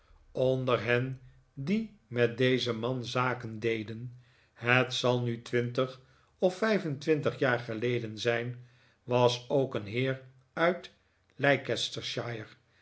onder hen die met dezen man zaken deden het zal nu twintig of vijf en twintig jaar geleden zijn was ook een heer uit